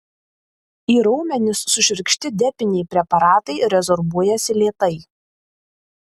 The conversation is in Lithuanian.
į raumenis sušvirkšti depiniai preparatai rezorbuojasi lėtai